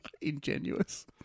ingenuous